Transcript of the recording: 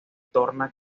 torna